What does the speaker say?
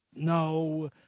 No